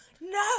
no